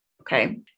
Okay